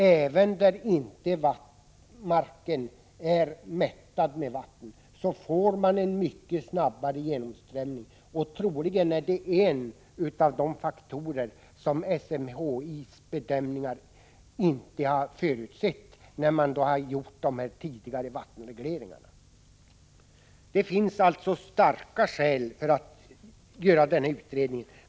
Även där marken inte är mättad med vatten får man en mycket snabbare genomströmning, och det är troligen en av de faktorer som man från SMHI inte har förutsett vid sina bedömningar, när dessa tidigare vattenregleringar gjordes. Det finns alltså starka skäl för att göra denna utredning.